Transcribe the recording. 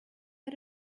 out